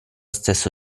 stesso